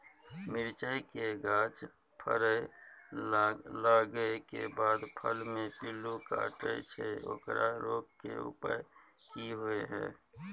मिरचाय के गाछ फरय लागे के बाद फल में पिल्लू काटे छै ओकरा रोके के उपाय कि होय है?